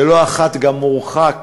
ולא אחת גם מורחק